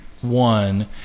one